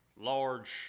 Large